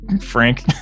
frank